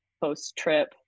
post-trip